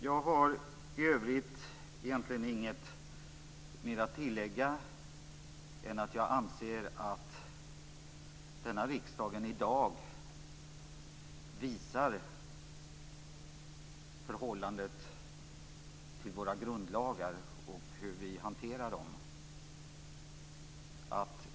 Jag har i övrigt egentligen inget mer att tillägga än att jag anser att denna riksdag i dag visar förhållandet till våra grundlagar och hur vi hanterar dem.